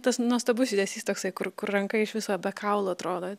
tas nuostabus judesys toksai kur kur ranka iš viso be kaulų atrodo